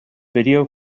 video